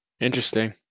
interesting